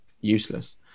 useless